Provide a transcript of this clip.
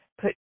put